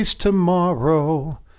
tomorrow